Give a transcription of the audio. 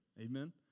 Amen